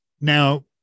Now